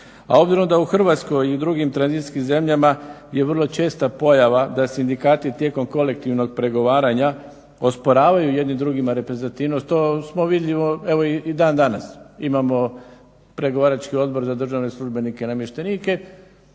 A obzirom da u Hrvatskoj i drugim tranzicijskim zemljama je vrlo česta pojava da sindikati tijekom kolektivnog pregovaranja osporavaju jedni drugim reprezentativnost to je vidljivo i dan danas. Imamo Pregovarački odbor za državne službenike i namještenike,